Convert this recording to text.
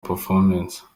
performance